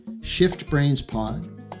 ShiftBrainsPod